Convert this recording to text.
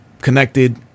connected